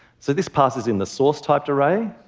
so this parses in the source typed array,